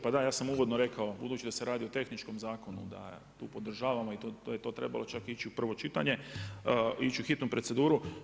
Pa da, ja sam uvodno rekao, budući da se radi o tehničkom zakonu da tu podržavamo i da je to trebalo čak ići u prvo čitanje, ići u hitnu proceduru.